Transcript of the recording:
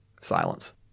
silence